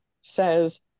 says